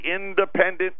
independent